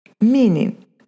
Meaning